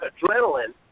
adrenaline